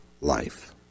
life